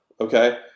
okay